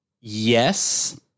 yes